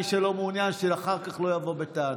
מי שלא מעוניין, שאחר כך לא יבוא בטענות.